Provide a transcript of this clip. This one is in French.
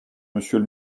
monsieur